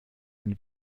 ein